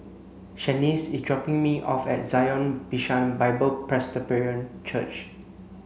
Shaniece is dropping me off at Zion Bishan Bible Presbyterian Church